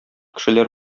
кешеләр